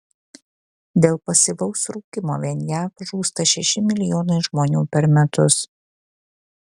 dėl pasyvaus rūkymo vien jav žūsta šeši milijonai žmonių per metus